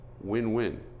win-win